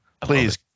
Please